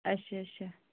अच्छा अच्छा